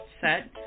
set